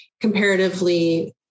comparatively